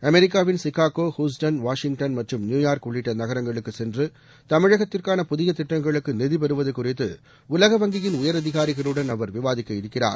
அமெரிக்காவின் Chicago Houston Washington மற்றும் New York உள்ளிட்ட நகரங்களுக்கு சென்று தமிழகத்திற்கான புதிய திட்டங்களுக்கு நிதி பெறுவது குறித்து உலக வங்கியின் உயர் அதிகாரிகளுடன் விவாதிக்க இருக்கிறார்